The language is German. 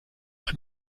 und